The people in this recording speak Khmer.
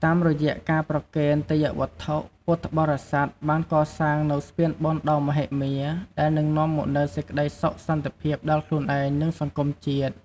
តាមរយៈការប្រគេនទេយ្យវត្ថុ ពុទ្ធបរិស័ទបានកសាងនូវស្ពានបុណ្យដ៏មហិមា ដែលនឹងនាំមកនូវសេចក្តីសុខសន្តិភាពដល់ខ្លួនឯង និងសង្គមជាតិ។